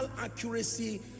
accuracy